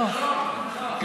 לא, לא.